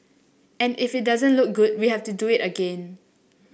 and if it doesn't look good we have to do it again